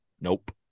Nope